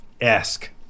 esque